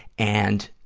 and,